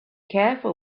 careful